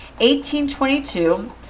1822